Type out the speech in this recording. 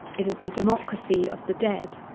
it is the democracy of the dead.